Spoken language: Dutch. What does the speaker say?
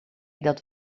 dat